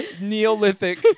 Neolithic